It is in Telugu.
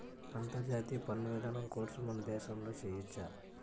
అంతర్జాతీయ పన్ను విధానం కోర్సు మన దేశంలో చెయ్యొచ్చా